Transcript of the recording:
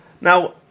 Now